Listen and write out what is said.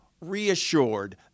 reassured